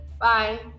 Bye